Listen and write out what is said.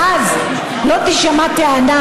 ואז לא תישמע טענה: